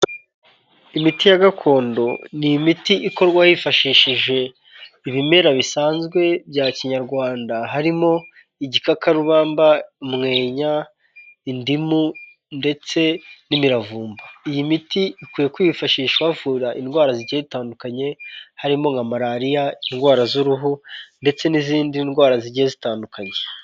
Imiti ya gakondo ni imiti ikorwa yifashishije ibimera bisanzwe bya kinyarwanda. harimo igikakarubamba, umwenya, indimu ndetse n'imiravumba. iyi miti ikwiye kwifashishwa bavura indwara zigiye zitandukanye harimo nka malariya, indwara z'uruhu ndetse n'izindi ndwara zigiye zitandukanye.